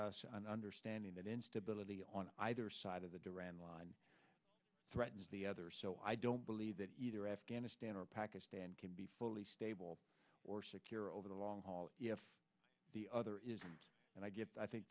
us an understanding that instability on either side of the duran line threatens the other so i don't believe that either afghanistan or pakistan can be fully stable or secure over the long haul the other and i